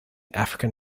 african